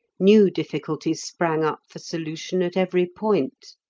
new difficulties sprang up for solution at every point.